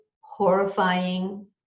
horrifying